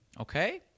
Okay